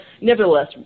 nevertheless